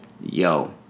yo